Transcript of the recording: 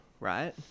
Right